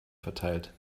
verteilt